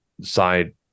side